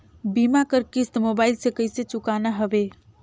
बीमा कर किस्त मोबाइल से कइसे चुकाना हवे